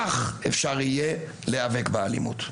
כך אפשר יהיה להיאבק באלימות.